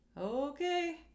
okay